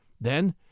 then